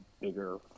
bigger